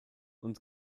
und